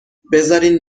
بذارین